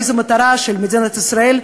הרי זו מטרה של מדינת ישראל,